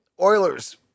Oilers